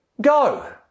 go